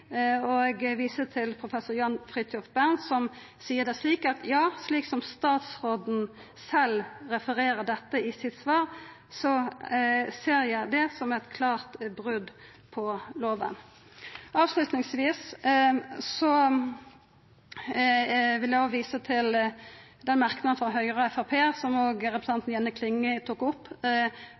Eg viser til professor Jan Fridthjof Bernt, som seier det slik: «Ja, slik som statsråden selv refererer dette i sitt svar, så ser jeg det som et klart brudd på loven.» Avslutningsvis vil eg visa til dei merknadene frå Høgre og Framstegspartiet, som også representanten Jenny Klinge tok opp,